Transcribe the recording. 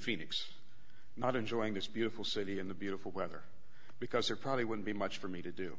phoenix not enjoying this beautiful city in the beautiful weather because there probably wouldn't be much for me to do